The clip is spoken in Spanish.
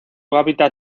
hábitat